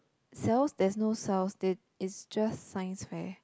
cells there's no cells ther~ is just science fair